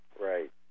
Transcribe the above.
Right